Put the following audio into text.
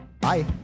Bye